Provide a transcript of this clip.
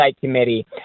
Committee